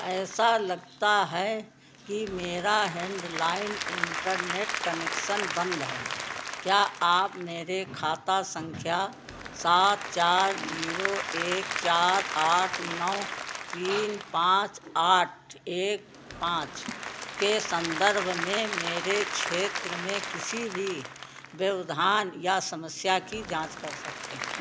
ऐसा लगता है कि मेरा हैंडलाइन इंटरनेट कनेक्शन बंद है क्या आप मेरे खाता संख्या सात चार जीरो एक चार आठ नौ तीन पाँच आठ एक पाँच के संदर्भ में मेरे क्षेत्र में किसी भी व्यवधान या समस्या की जांच कर सकते हैं